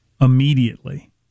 immediately